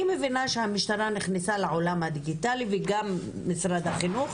אני מבינה שהמשטרה נכנסה לעולם הדיגיטלי וגם משרד החינוך